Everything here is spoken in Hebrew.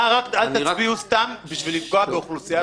אל תצביעו סתם בשביל לפגוע באוכלוסייה